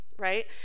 Right